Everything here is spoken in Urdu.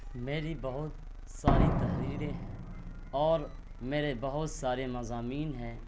میری بہت ساری تحریریں ہیں اور میرے بہت سارے مضامین ہیں